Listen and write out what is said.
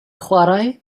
chwarae